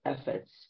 efforts